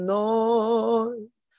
noise